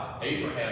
Abraham